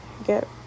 get